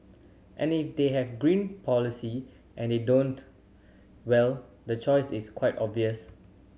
and if they have green policy and you don't well the choice is quite obvious